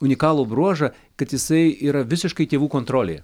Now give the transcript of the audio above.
unikalų bruožą kad jisai yra visiškai tėvų kontrolėje